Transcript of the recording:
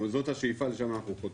זו השאיפה, לשם אנחנו חותרים.